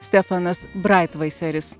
stefanas braitvaiseris